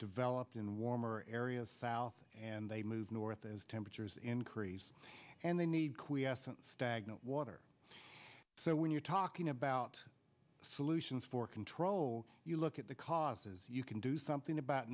developed in warmer areas south and they move north as temperatures increase and they need qui essence stagnant water so when you're talking about solutions for control you look at the causes you can do something about